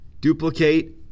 duplicate